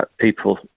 people